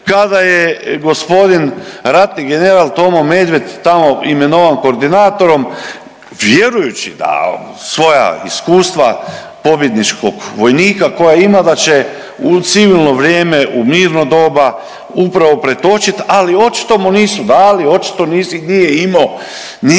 kada je gospodin ratni general Tomo Medved tamo imenovan koordinatorom vjerujući da svoja iskustva pobjedničkog vojnika koja ima da će u civilno vrijeme, u mirno doba upravo pretočiti. Ali očito mu nisu dali, očito nije imao